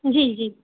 जी जी